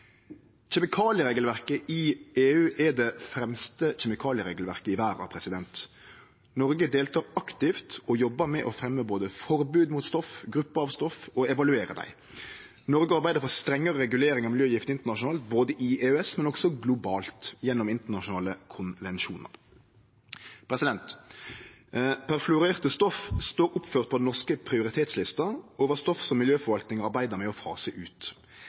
Kjemikalieregelverket i EU er det fremste kjemikalieregelverket i verda. Noreg deltek aktivt og jobbar med både å fremje forbod mot stoff, grupper av stoff, og evaluere dei. Noreg arbeider for strengare reguleringar av miljøgifter internasjonalt, både i EØS og globalt, gjennom internasjonale konvensjonar. Perfluorerte stoff står oppført på den norske prioritetslista over stoff som miljøforvaltninga arbeider med å fase ut.